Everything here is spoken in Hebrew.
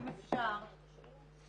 אם אפשר